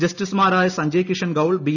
ജസ്റ്റിസുമാരായ സഞ്ജയ് കിഷൻ കൌൾ ബി